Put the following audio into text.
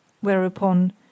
Whereupon